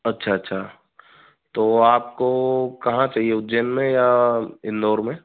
अच्छा अच्छा तो आपको कहाँ चाहिए उज्जैन में या इंदौर में